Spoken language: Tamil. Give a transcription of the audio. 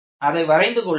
அதை வரைந்து கொள்ளுங்கள்